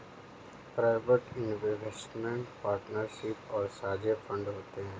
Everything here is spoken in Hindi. प्राइवेट इन्वेस्टमेंट पार्टनरशिप और साझे फंड होते हैं